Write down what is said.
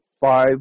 five